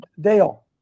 Dale